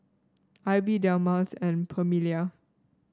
Ivie Delmus and Permelia